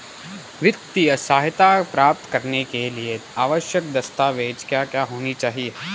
वित्तीय सहायता प्राप्त करने के लिए आवश्यक दस्तावेज क्या क्या होनी चाहिए?